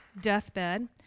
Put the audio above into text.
deathbed